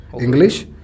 English